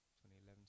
2011